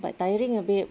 but tiring ah babe